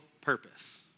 purpose